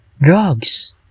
drugs